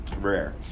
rare